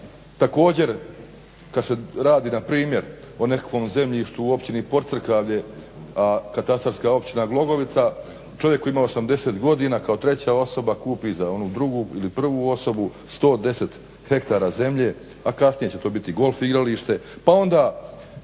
također kada se radi npr. o nekakvom zemljištu u Općini POcrkavlje, a katastarska Općina Glogovica čovjek koji ima 80 godina kao treća osoba kupi za onu drugu ili prvu osobu 110 hektara zemlje, a kasnije će to biti golf igralište. Pa onda